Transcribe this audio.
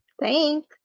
thanks